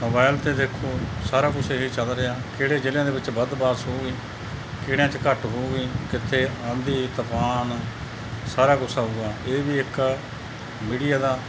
mobile 'ਤੇ ਦੇਖੋ ਸਾਰਾ ਕੁਛ ਇਹ ਚੱਲ ਰਿਹਾ ਕਿਹੜੇ ਜਿਲ੍ਹਿਆਂ ਦੇ ਵਿੱਚ ਵੱਧ ਬਾਰਿਸ਼ ਹੋਊਗੀ ਕਿਹੜਿਆਂ 'ਚ ਘੱਟ ਹੋਊਗੀ ਕਿੱਥੇ ਆਂਧੀ ਤੂਫਾਨ ਸਾਰਾ ਕੁਝ ਆਊਗਾ ਇਹ ਵੀ ਇੱਕ ਮੀਡੀਆ ਦਾ